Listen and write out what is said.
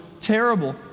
terrible